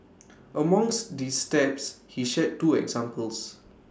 amongst these steps he shared two examples